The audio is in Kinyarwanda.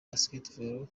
basketball